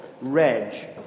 Reg